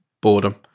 boredom